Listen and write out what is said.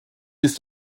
ist